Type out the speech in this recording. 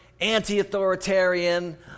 anti-authoritarian